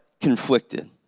conflicted